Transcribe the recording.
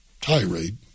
tirade